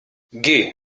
geh